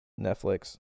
Netflix